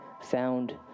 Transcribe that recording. found